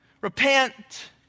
repent